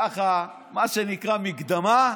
ככה, מה שנקרא מקדמה,